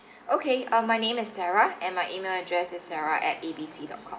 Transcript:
okay uh my name is sarah and my email address is sarah at A B C dot com